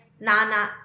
na-na